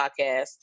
podcast